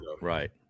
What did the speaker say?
right